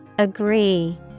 Agree